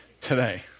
today